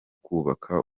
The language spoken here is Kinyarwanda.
kubaka